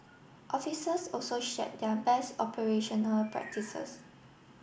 officers also shared their best operational practices